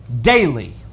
daily